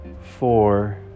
four